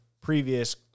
previous